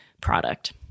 product